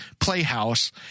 playhouse